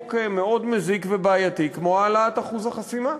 חוק מאוד מזיק ובעייתי כמו החוק להעלאת אחוז החסימה.